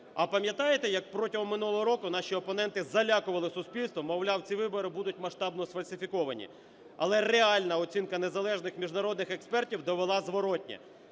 А пам'ятаєте, як протягом минулого року наші опоненти залякували суспільство, мовляв, ці вибори будуть масштабно сфальсифіковані? Але реальна оцінка незалежних міжнародних експертів довела зворотнє: